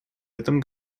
этом